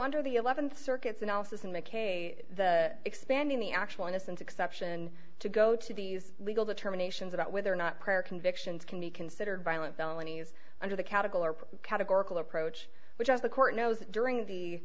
under the th circuits analysis and make a expanding the actual innocence exception to go to these legal determinations about whether or not prior convictions can be considered violent felonies under the category of categorical approach which as the court knows during the